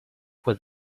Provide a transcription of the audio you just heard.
would